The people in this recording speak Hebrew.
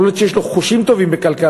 יכול להיות שיש לו חושים טובים בכלכלה,